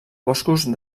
boscos